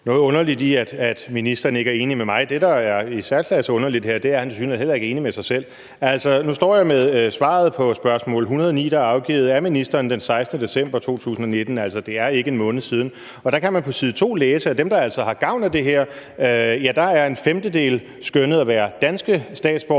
noget underligt i, at ministeren ikke er enig med mig. Det, der i særklasse er underligt her, er, at han tilsyneladende heller ikke er enig med sig selv. Altså, nu står jeg her med svaret på spørgsmål 109, der er afgivet af ministeren den 16. december 2019 – det er ikke en måned siden – og der kan man på side 2 læse, at af dem, der har gavn af det her, skønnes en femtedel at være danske statsborgere,